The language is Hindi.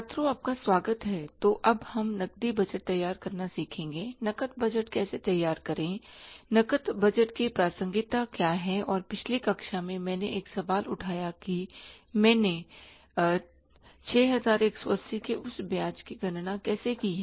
छात्रों आपका स्वागत है तो अब हम नकदी बजट तैयार करना सीखेंगे नकद बजट कैसे तैयार करें नकद बजट की प्रासंगिकता क्या है और पिछली कक्षा में मैंने एक सवाल उठाया कि मैंने 6180 के उस ब्याज की गणना कैसे की है